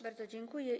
Bardzo dziękuję.